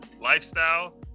Lifestyle